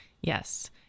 Yes